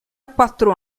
quattro